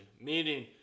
meaning